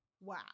Wow